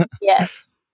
Yes